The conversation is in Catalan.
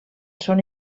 són